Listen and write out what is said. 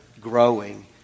growing